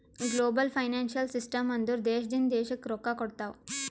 global financial system ಅಂದುರ್ ದೇಶದಿಂದ್ ದೇಶಕ್ಕ್ ರೊಕ್ಕಾ ಕೊಡ್ತಾವ್